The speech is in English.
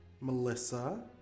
Melissa